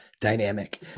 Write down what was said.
dynamic